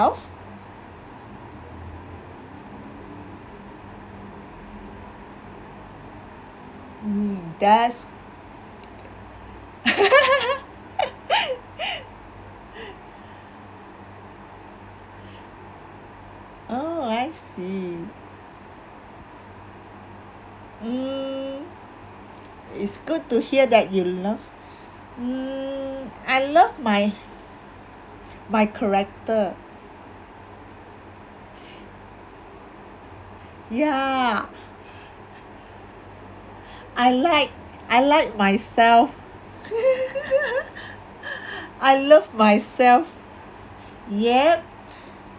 that's oh I see mm it's good to hear that you love mm I love my my character ya I like I like myself I love myself yup